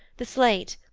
the state,